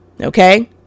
Okay